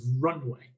runway